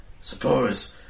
Suppose